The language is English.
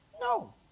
No